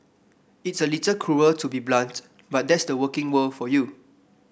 it's a little cruel to be so blunt but that's the working world for you